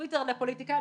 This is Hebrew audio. טוויטר לפוליטיקאים,